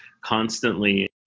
constantly